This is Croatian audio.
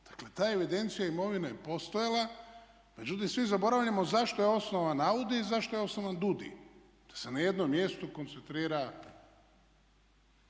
Dakle, ta evidencija imovine je postojala. Međutim svi zaboravljamo zašto je osnovan AUDI, zašto je osnovan DUUDI, da se na jednom mjestu koncentrira